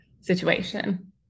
situation